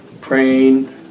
praying